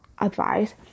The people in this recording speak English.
advice